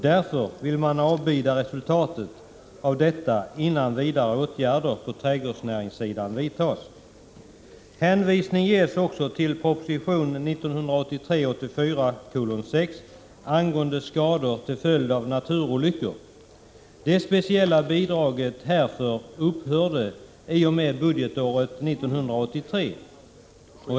Därför vill man avbida resultatet av dessa överläggningar innan vidare åtgärder på trädgårdsnäringssidan vidtas. Hänvisning ges också till proposition 1983/84:6 angående skador till följd av naturolyckor. Det speciella bidraget härför upphörde i och med utgången av 1983.